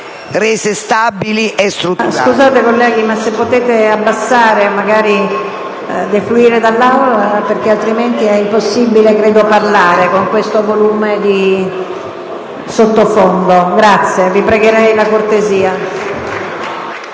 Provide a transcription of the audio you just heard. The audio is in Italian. rese stabili e strutturali.